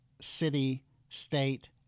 city-state